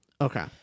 Okay